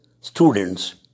students